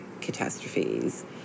catastrophes